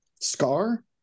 scar